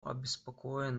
обеспокоен